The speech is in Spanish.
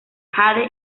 jade